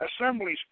assembly